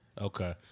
Okay